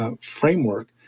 Framework